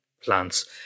plants